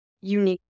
unique